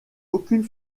aucune